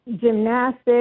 gymnastics